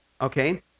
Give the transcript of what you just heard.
okay